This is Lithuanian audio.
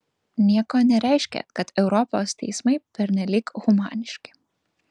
nieko nereiškia kad europos teismai pernelyg humaniški